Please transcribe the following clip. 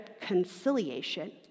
conciliation